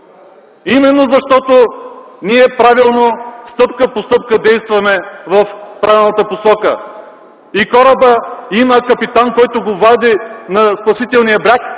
е защото ние стъпка по стъпка действаме в правилната посока. Хората имат капитан, който ги води на спасителния бряг,